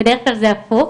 בדרך כלל זה הפוך.